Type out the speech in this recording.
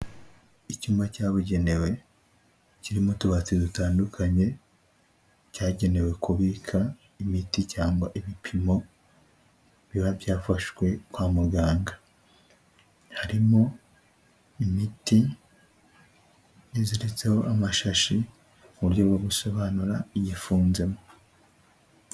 Icyumba cyabugenewe kirimo utubati dutandukanye, cyagenewe kubika imiti cyangwa ibipimo biba byafashwe kwa muganga, harimo imiti iziritseho amashashi mu buryo bwo gusobanura iyifunzemo.